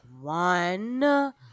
one